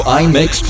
iMix